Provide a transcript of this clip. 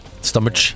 stomach